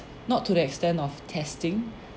not to the extent of testing